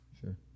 Sure